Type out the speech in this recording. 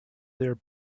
there